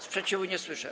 Sprzeciwu nie słyszę.